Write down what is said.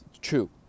true